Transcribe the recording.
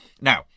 Now